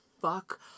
fuck